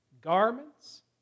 garments